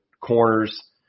corners